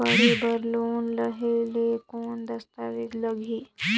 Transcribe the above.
पढ़े बर लोन लहे ले कौन दस्तावेज लगही?